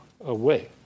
away